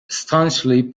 staunchly